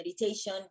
meditation